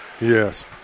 Yes